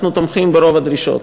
אנחנו תומכים ברוב הדרישות.